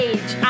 Age